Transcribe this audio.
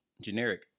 Generic